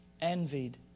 envied